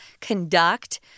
conduct